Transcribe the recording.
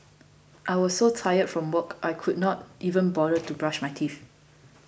I was so tired from work I could not even bother to brush my teeth